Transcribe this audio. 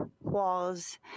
walls